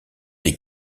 des